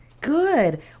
Good